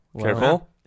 Careful